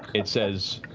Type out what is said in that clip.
it says,